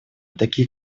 такие